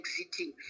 exiting